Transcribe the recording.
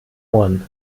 ohren